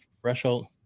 threshold